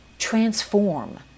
Transform